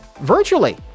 virtually